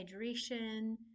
hydration